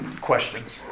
questions